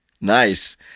nice